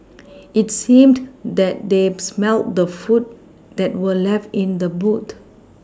it seemed that they smelt the food that were left in the boot